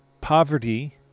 poverty